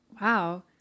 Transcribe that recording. wow